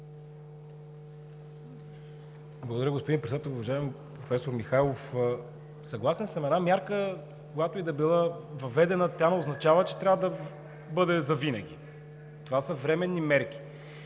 Благодаря, господин Председател. Уважаеми професор Михайлов, съгласен съм. Една мярка, когато и да е била въведена, не означава, че трябва да бъде завинаги. Това са временни мерки.